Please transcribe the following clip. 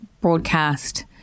broadcast